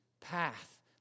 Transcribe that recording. path